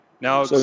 now